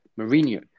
Mourinho